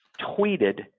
tweeted